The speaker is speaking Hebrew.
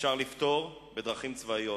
אפשר לפתור בדרכים צבאיות,